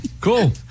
Cool